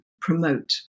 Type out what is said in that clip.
promote